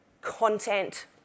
content